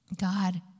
God